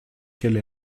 qu’elle